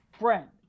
friend